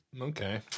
okay